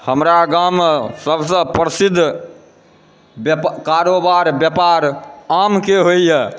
हमरा गाँवमे सभसँ प्रसिद्ध कारोबार व्यापार आमके होइए